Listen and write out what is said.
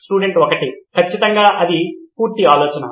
student 1 ఖచ్చితంగా అది పూర్తి ఆలోచన